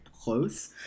close